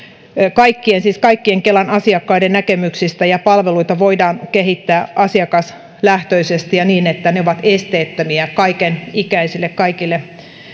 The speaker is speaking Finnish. siis kaikkien kelan asiakkaiden näkemyksistä ja palveluita voidaan kehittää asiakaslähtöisesti ja niin että ne ovat esteettömiä kaiken ikäisille kaikille